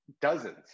dozens